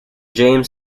james